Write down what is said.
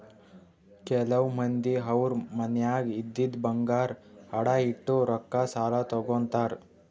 ಕೆಲವ್ ಮಂದಿ ಅವ್ರ್ ಮನ್ಯಾಗ್ ಇದ್ದಿದ್ ಬಂಗಾರ್ ಅಡ ಇಟ್ಟು ರೊಕ್ಕಾ ಸಾಲ ತಗೋತಾರ್